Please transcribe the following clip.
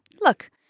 Look